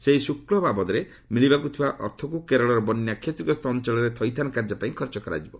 ସେହି ଶୁଳ୍କ ବାବଦରେ ମିଳିବାକୁ ଥିବା ଅର୍ଥକୁ କେରଳର ବନ୍ୟା କ୍ଷତିଗ୍ରସ୍ତ ଅଞ୍ଚଳରେ ଥଇଥାନ କାର୍ଯ୍ୟ ପାଇଁ ଖର୍ଚ୍ଚ କରାଯିବ